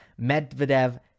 Medvedev